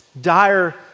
dire